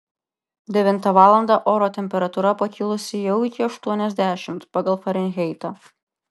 devintą valandą oro temperatūra pakilusi jau iki aštuoniasdešimt pagal farenheitą